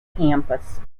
campus